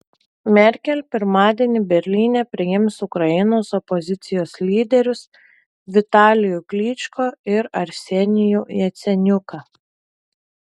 merkel pirmadienį berlyne priims ukrainos opozicijos lyderius vitalijų klyčko ir arsenijų jaceniuką